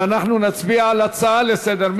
ואנחנו נצביע על הצעה לסדר-היום.